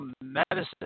medicine